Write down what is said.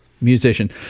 musician